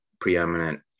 preeminent